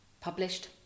published